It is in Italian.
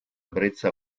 brezza